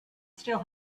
still